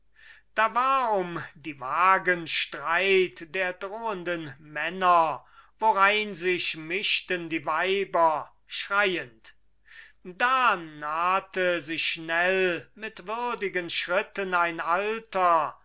da war um die wagen streit der drohenden männer worein sich mischten die weiber schreiend da nahte sich schnell mit würdigen schritten ein alter